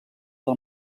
del